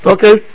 Okay